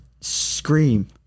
scream